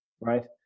right